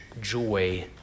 joy